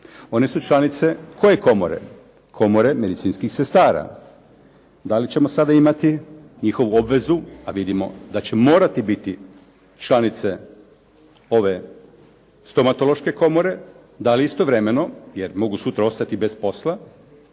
One su članice koje komore? Komore medicinskih sestara. Da li ćemo sada imati njihovu obvezu, a vidimo da će morati biti članice ove Stomatološke komore. Da li istovremeno, jer mogu sutra ostati bez posla,